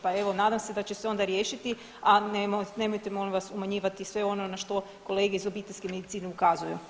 Pa evo nadam se da će se onda riješiti, a nemojte molim vas umanjivati sve ono na što kolege iz obiteljske medicine ukazuju.